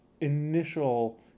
initial